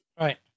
Right